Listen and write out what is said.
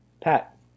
Pat